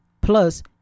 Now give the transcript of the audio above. Plus